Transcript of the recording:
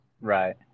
Right